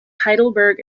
heidelberg